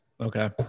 Okay